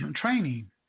training